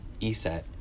ESET